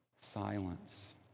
Silence